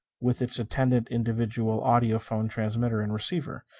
with its attendant individual audiophone transmitter and receiver.